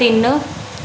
ਤਿੰਨ